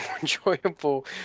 enjoyable